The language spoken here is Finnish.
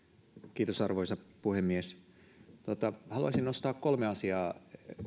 kiitos arvoisa puhemies haluaisin nostaa kolme asiaa